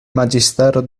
magistero